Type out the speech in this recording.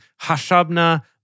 Hashabna